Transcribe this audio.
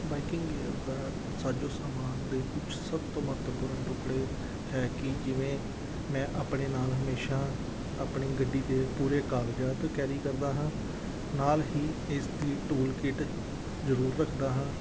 biking gear ਦਾ ਸਾਜੋ ਸਮਾਨ ਦੇ ਕੁਛ ਸਭ ਤੋਂ ਮਹੱਤਵਪੂਰਨ ਟੁਕੜੇ ਹੈ ਕਿ ਜਿਵੇਂ ਮੈਂ ਆਪਣੇ ਨਾਲ ਹਮੇਸ਼ਾ ਆਪਣੀ ਗੱਡੀ ਦੇ ਪੂਰੇ ਕਾਗਜ਼ਾਤ ਕੈਰੀ ਕਰਦਾ ਹਾਂ ਨਾਲ ਹੀ ਇਸ ਦੀ ਟੂਲ ਕਿੱਟ ਜ਼ਰੂਰ ਰੱਖਦਾ ਹਾਂ